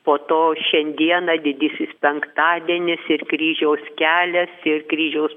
po to šiandieną didysis penktadienis ir kryžiaus kelias ir kryžiaus